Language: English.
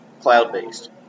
cloud-based